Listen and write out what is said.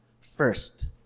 First